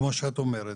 כמו שאת אומרת,